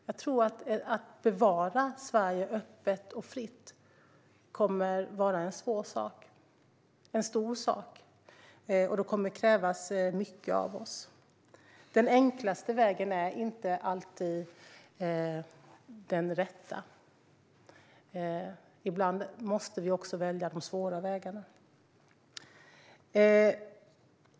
Jag tror att det kommer att vara en svår och stor sak att bevara Sverige öppet och fritt. Det kommer att krävas mycket av oss. Den enklaste vägen är inte alltid den rätta. Ibland måste vi också välja de svåra vägarna.